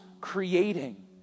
creating